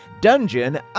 Dungeon